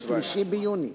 3 ביוני.